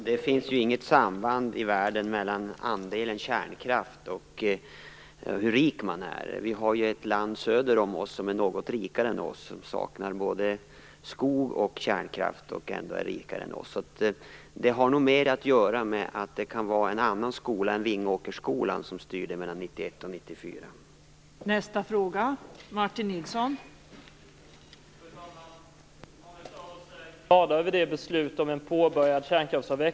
Fru talman! Det finns inget samband i världen mellan andelen kärnkraft och hur rik man är. Det finns ett land söderut som är något rikare än oss och som saknar både skog och kärnkraft. Det har nog mer att göra med att det var en annan skola än Vingåkersskolan som styrde i Sverige mellan 1991-1994.